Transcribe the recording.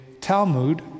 Talmud